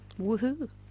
Woohoo